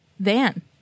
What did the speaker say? van